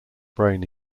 brain